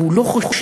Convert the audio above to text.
הוא לא חושב,